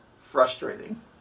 frustrating